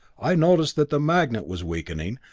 i noticed that the magnet was weakening,